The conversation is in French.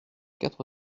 quatre